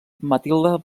matilde